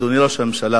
אדוני ראש הממשלה,